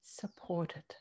supported